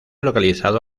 localizado